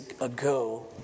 ago